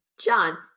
John